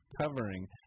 covering